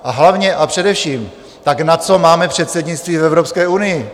A hlavně a především, tak na co máme předsednictví v Evropské unii?